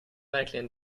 verkligen